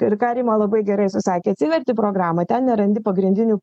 ir ką rima labai gerai susakė atsiverti programą ten nerandi pagrindinių